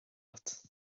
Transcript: agat